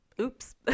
Oops